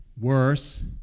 worse